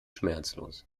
schmerzlos